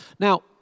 Now